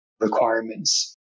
requirements